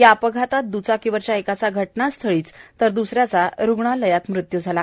या अपघातात दुचाकीवरच्या एकाचा घटनास्थळीच तर दुसऱ्याचा रुग्णालयात मृत्यू झाला